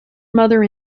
mother